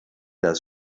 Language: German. das